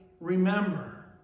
remember